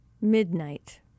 midnight